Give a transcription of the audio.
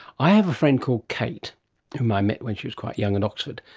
i have a friend called kate whom i met when she was quite young at oxford,